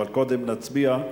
אבל קודם נצביע.